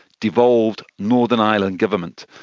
devolved, northern ireland government.